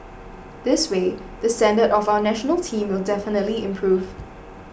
this way the standard of our National Team will definitely improve